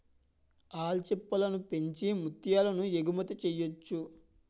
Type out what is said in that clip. ఆల్చిప్పలను పెంచి ముత్యాలను ఎగుమతి చెయ్యొచ్చు